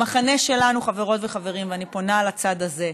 במחנה שלנו, חברות וחברים, ואני פונה לצד הזה,